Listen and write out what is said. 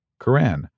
Quran